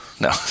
No